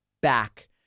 back